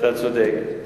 אתה צודק.